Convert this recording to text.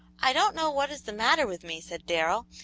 i don't know what is the matter with me, said darrell,